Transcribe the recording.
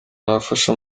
wafashe